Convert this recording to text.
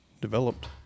developed